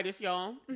y'all